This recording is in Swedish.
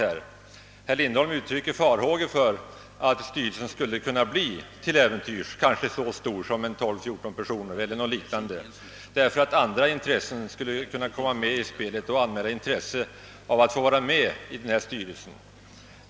Herr Lindholm uttrycker farhågor för att styrelsen till äventyrs skulle kunna bli så stor som att omfatta 12 eller 14 personer, därför att olika grupper skulle kunna komma med i spelet och anmäla intresse av att få vara företrädda i styrelsen.